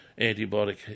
antibiotic